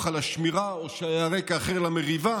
על השמירה או שהיה רקע אחר למריבה,